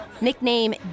Nickname